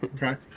Okay